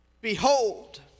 Behold